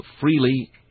freely